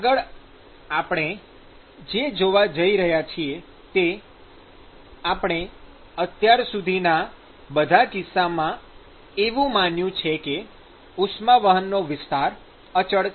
આગળ આપણે જે જોવા જઈ રહ્યા છીએ તે આપણે અત્યાર સુધીના બધા કિસ્સાઓમાં એવું માન્યું છે કે ઉષ્મા વહનનો વિસ્તાર અચળ છે